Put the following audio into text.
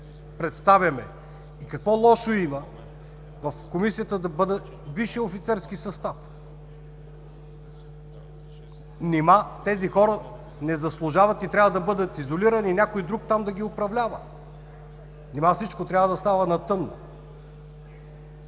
представяме. Какво лошо има в Комисията да бъде висшият офицерски състав? Нима тези хора не заслужават и трябва да бъдат изолирани и някой друг там да ги управлява? Нима всичко трябва да става на тъмно?